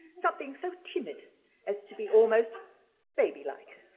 something so timid as to be almost baby like.